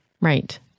Right